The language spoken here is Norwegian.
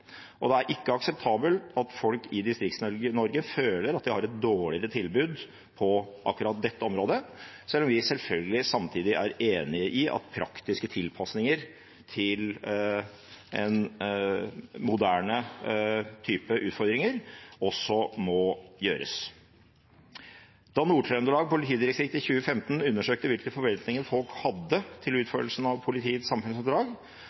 Det er ikke akseptabelt at folk i Distrikts-Norge føler at de har et dårligere tilbud på akkurat dette området, selv om vi selvfølgelig samtidig er enig i at praktiske tilpasninger til en moderne type utfordringer også må gjøres. Da Nord-Trøndelag politidistrikt i 2015 undersøkte hvilke forventninger folk hadde til utførelsen av politiets samfunnsoppdrag,